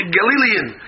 Galilean